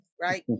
Right